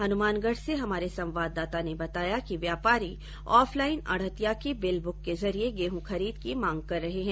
हनुमानगढ़ से हमारे संवाददाता ने बताया कि व्यापारी ऑफलाइन आढ़तिया की बिल बुक के जरिए गेहूं खरीद की मांग कर रहे हैं